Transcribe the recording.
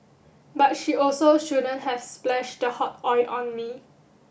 but she also shouldn't have splashed the hot oil on me